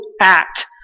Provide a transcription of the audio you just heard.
act